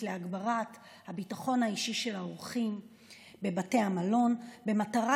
להגברת הביטחון האישי של האורחים בבתי המלון במטרה